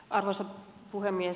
arvoisa puhemies